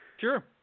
Sure